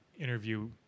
interview